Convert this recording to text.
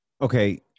Okay